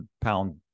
pound